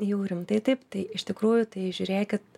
jau rimtai taip tai iš tikrųjų tai žiūrėkit